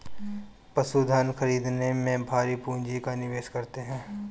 पशुधन खरीदने में भारी पूँजी का निवेश करते हैं